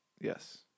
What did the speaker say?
Yes